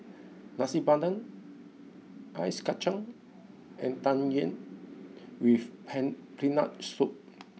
Nasi Padang Ice Kacang and Tang Yuen with pen peanut soup